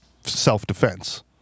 Self-defense